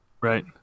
right